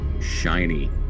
shiny